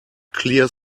clear